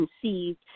conceived